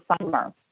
summer